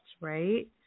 right